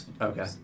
Okay